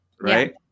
Right